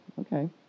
okay